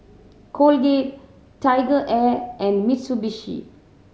Colgate TigerAir and Mitsubishi